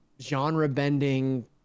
genre-bending